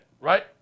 right